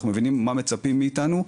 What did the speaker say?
אנחנו מבינים מה מצפים מאיתנו,